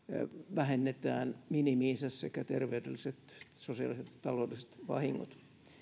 vähennetään minimiinsä sekä terveydelliset sosiaaliset että taloudelliset vahingot